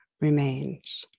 remains